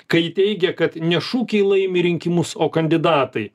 kai teigia kad ne šūkiai laimi rinkimus o kandidatai